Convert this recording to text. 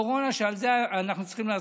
הקורונה, שעל זה אנחנו צריכים לעשות.